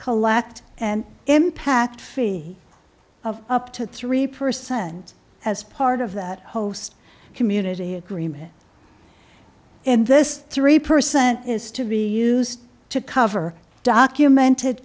collect an impact of up to three percent as part of that host community agreement and this three percent is to be used to cover document